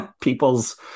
people's